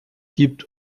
gibt